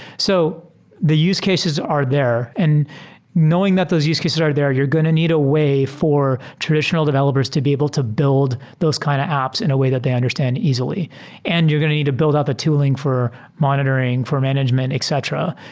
so the use cases are there. and knowing that those use cases are there, you're going to need a way for traditional developers to be able to build those kind of apps in a way that they understand easily and you're going to need to build up a tool ing for monitor ing, for management, etc.